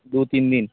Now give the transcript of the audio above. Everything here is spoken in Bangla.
দু তিন দিন